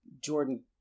Jordan